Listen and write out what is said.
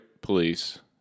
police